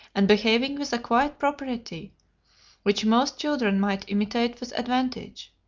and behaving with a quiet propriety which most children might imitate with advantage.